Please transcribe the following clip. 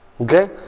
Okay